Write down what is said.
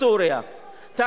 החלקים שיצא לי לשמוע,